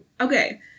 Okay